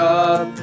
up